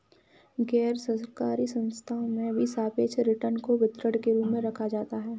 गैरसरकारी संस्थाओं में भी सापेक्ष रिटर्न को वितरण के रूप में रखा जाता है